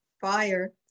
fire